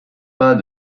pas